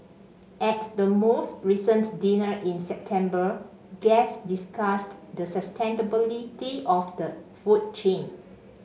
at the most recent dinner in September guests discussed the sustainability of the food chain